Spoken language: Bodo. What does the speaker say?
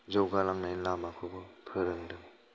जौगालांनायनि लामाखौबो फोरोंदों